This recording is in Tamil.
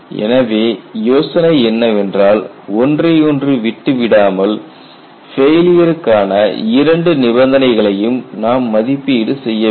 எனவே யோசனை என்னவென்றால் ஒன்றையொன்று விட்டு விடாமல் ஃபெயிலியருக்கான இரண்டு நிபந்தனைகளையும் நாம் மதிப்பீடு செய்ய வேண்டும்